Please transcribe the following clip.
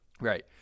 Right